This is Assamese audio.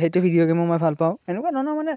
সেইটো ভিডিঅ' গেমো মই ভাল পাওঁ এনেকুৱা ধৰণৰ মানে